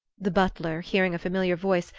the butler, hearing a familiar voice,